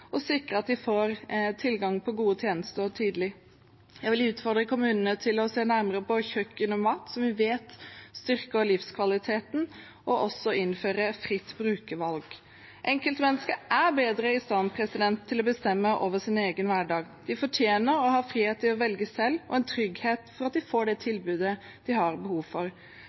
og sikre at de får tilgang på gode tjenester tidlig. Jeg vil utfordre kommunene til å se nærmere på kjøkken og mat, som vi vet styrker livskvaliteten, og til å innføre fritt brukervalg. Enkeltmennesket er bedre i stand til å bestemme over egen hverdag. De fortjener å ha frihet til å velge selv og en trygghet for at de får det tilbudet de har behov for.